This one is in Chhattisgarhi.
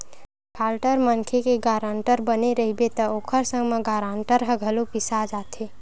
डिफाल्टर मनखे के गारंटर बने रहिबे त ओखर संग म गारंटर ह घलो पिसा जाथे